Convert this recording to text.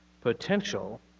potential